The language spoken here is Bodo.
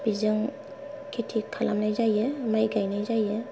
बिजों खेथि खालामनाय जायो माइ गायनाय जायो